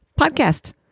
Podcast